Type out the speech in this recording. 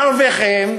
מרוויחים,